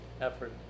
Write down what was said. effort